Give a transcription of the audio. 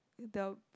the